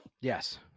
yes